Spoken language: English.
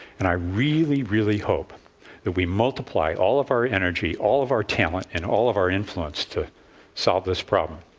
and i really, really hope that we multiply all of our energy, all of our talent and all of our influence to solve this problem.